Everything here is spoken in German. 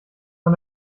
von